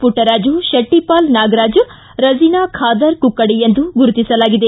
ಪುಟ್ಟರಾಜು ಶೆಟ್ಟಪಾಲ್ ನಾಗರಾಜ್ ರಜೀನಾ ಖಾದರ್ ಕುಕ್ಕಡಿ ಎಂದು ಗುರುತಿಸಲಾಗಿದೆ